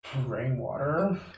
rainwater